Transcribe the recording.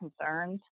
concerns